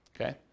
okay